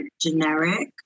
generic